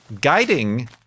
guiding